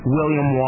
William